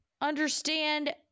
understand